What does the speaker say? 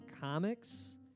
comics